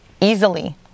easily